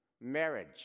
marriage